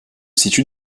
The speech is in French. situe